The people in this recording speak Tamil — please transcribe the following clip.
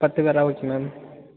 பத்து பேரா ஓகே மேம்